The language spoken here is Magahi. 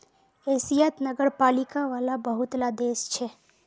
एशियात नगरपालिका वाला बहुत ला देश छे